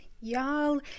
Y'all